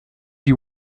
die